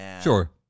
Sure